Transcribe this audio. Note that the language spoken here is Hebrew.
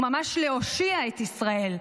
וממש להושיע את ישראל,